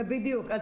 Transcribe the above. זה בדיוק,